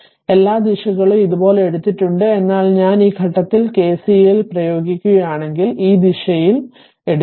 എല്ലാ ദിശകളും ഇതുപോലെ എടുത്തിട്ടുണ്ട് എന്നാൽ ഞാൻ ഈ ഘട്ടത്തിൽ കെസിഎല്ലു കൾ പ്രയോഗിക്കുകയാണെങ്കിൽ ഈ ദിശയിൽ ഈ ദിശ എടുക്കുക